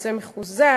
יוצא מחוזק.